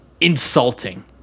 insulting